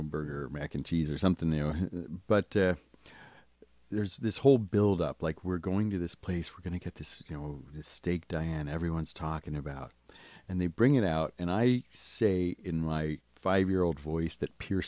a burger or mac and cheese or something you know but there's this whole build up like we're going to this place we're going to get this you know steak diane everyone's talking about and they bring it out and i say in my five year old voice that p